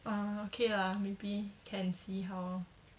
uh okay lah maybe can see how lor